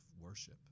worship